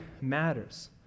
matters